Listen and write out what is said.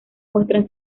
muestran